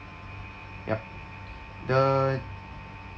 yup the